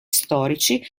storici